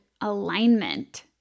alignment